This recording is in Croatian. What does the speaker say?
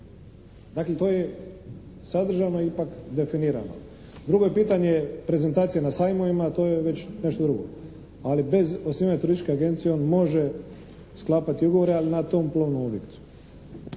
Dakle to je sadržano ipak, definirano. Drugo je pitanje prezentacije na sajmovima, to je već nešto drugo. Ali bez osnivanja turističke agencije on može sklapati ugovore ali na tom plovnom objektu.